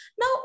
Now